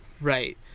Right